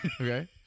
Okay